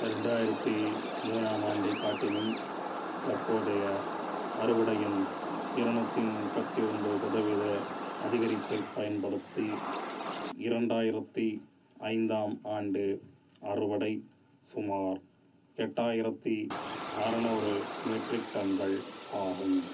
ரெண்டாயிரத்து மூணு ஆம் ஆண்டைக் காட்டிலும் தற்போதைய அறுவடையின் இரநூற்றி முப்பத்தி ஒன்பது சதவீதம் அதிகரிப்பைப் பயன்படுத்தி இரண்டாயிரத்து ஐந்தாம் ஆம் ஆண்டு அறுவடை சுமார் எட்டாயிரத்து அறநூறு மெட்ரிக் டன்கள் ஆகும்